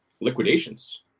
liquidations